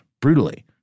brutally